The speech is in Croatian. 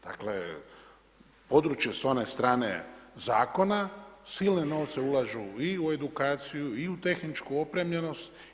Dakle, područje sa one strane zakona silne novce ulaže i u edukaciju i u tehničku opremljenost.